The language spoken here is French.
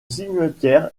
cimetière